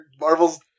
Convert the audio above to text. Marvel's